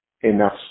enough